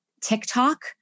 TikTok